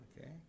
Okay